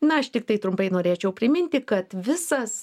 na aš tiktai trumpai norėčiau priminti kad visas